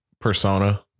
Persona